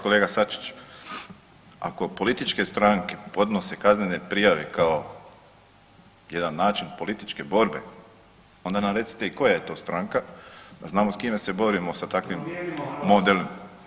Kolega Sačić, ako političke stranke podnose kaznene prijave kao jedan način političke borbe onda nam recite koja je to stranka da znamo s kime se borimo sa takvim modelom.